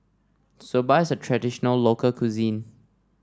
Soba is a traditional local cuisine